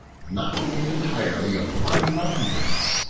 not be entirely of one mind with us,